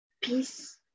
peace